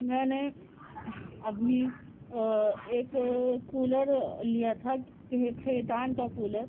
میں نے ابھی ایک کولر لیا تھا کے کھیتان کا کولر